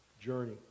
journey